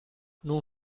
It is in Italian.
non